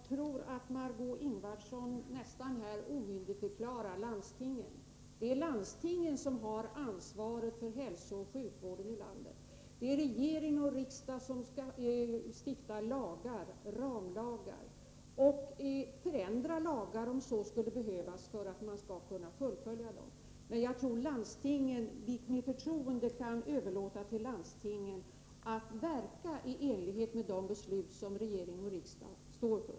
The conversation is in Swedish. Herr talman! Jag tycker att Margö Ingvardsson nästan omyndigförklarar landstingen. Det är de som har ansvaret för hälsooch sjukvården i landet. Regeringens och riksdagens uppgift är att stifta ramlagar och att förändra dem om så skulle behövas. Jag tror att vi med förtroende kan överlåta på landstingen att verka i enlighet med de beslut som regering och riksdag fattar.